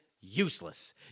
useless